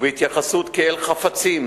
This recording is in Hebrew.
ובהתייחסות כאל חפצים,